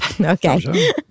okay